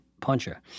puncher